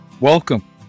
Welcome